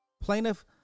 Plaintiff